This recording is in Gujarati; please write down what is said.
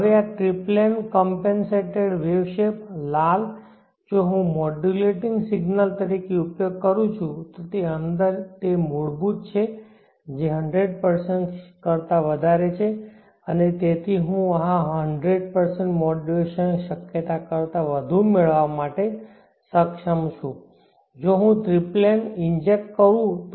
હવે આ ટ્રિપ્લેન કમપેનસિટેડ વેવ શેપ લાલ જો હું મોડ્યુલેટિંગ સિગ્નલ તરીકે ઉપયોગ કરું છું તો તે અંદર તે મૂળભૂત છે જે 100 કરતા વધારે છે અને તેથી હું આ 100 મોડ્યુલેશન શક્યતા કરતાં વધુ મેળવવા માટે સક્ષમ છું જો હું ટ્રિપ્લેન ઇન્જેક્ટ કરું તો